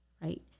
right